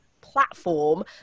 platform